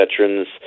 veterans